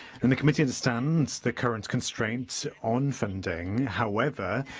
and the committee understands the current constraints on funding, however,